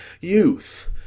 youth